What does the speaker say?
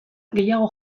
gehiago